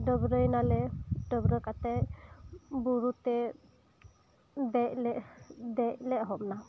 ᱰᱟᱹᱵᱽᱨᱟᱹᱣ ᱮᱱᱟᱞᱮ ᱰᱟᱹᱵᱽᱨᱟᱹ ᱠᱟᱛᱮᱫ ᱵᱩᱨᱩ ᱛᱮ ᱫᱮᱡ ᱞᱮ ᱫᱮᱡ ᱞᱮ ᱮᱦᱚᱵ ᱱᱟ